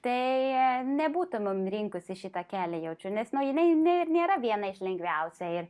tai nebūtumėm rinkusi šitą kelią jaučiu nu jinai ne ir nėra viena iš lengviausia ir